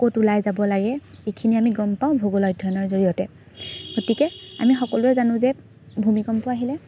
ক'ত ওলাই যাব লাগে এইখিনি আমি গম পাওঁ ভূগোল অধ্যয়নৰ জৰিয়তে গতিকে আমি সকলোৱে জানো যে ভূমিকম্প আহিলে